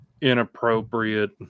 inappropriate